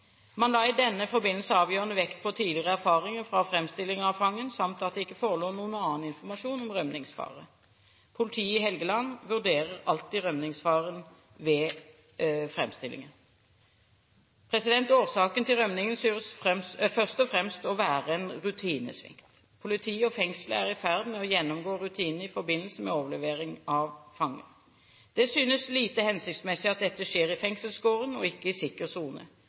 Man la i denne forbindelse avgjørende vekt på tidligere erfaringer fra framstillinger av fangen samt at det ikke forelå noen annen informasjon om rømningsfare. Politiet i Helgeland vurderer alltid rømningsfaren ved framstillinger. Årsaken til rømningen synes først og fremst å være en rutinesvikt. Politiet og fengselet er i ferd med å gjennomgå rutinene i forbindelse med overlevering av fanger. Det synes lite hensiktsmessig at dette skjer i fengselsgården og ikke i sikker sone.